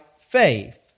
faith